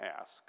ask